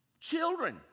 Children